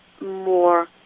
more